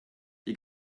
you